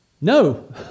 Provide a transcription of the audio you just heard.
No